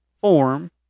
form